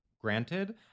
granted